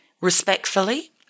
respectfully